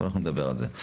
אבל אנחנו נדבר על זה.